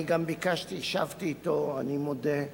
אני מודה,